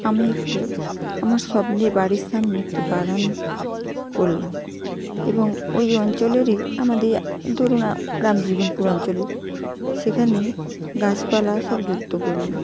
আমি একটি আমার স্বপ্নের বাড়ির সামনে একটি বাগান করলাম এবং ওই অঞ্চলেরই আমাদের ধরুন রামজীবনপুর অঞ্চলে সেখানে গাছপালা সব যুক্ত করলাম